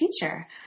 teacher